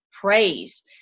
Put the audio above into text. praise